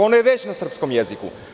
Ono je već na srpskom jeziku.